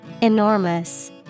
Enormous